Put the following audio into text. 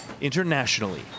internationally